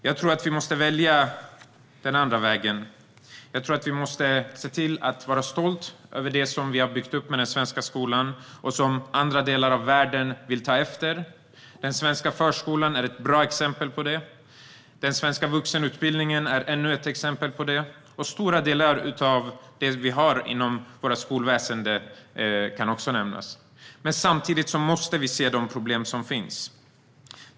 Jag tror att vi måste välja den andra vägen och vara stolta över det vi har byggt upp med den svenska skolan, som andra delar av världen vill ta efter. Den svenska förskolan och vuxenutbildningen är bra exempel på det, liksom stora delar av det vi har inom vårt skolväsen. Samtidigt måste vi se de problem som finns.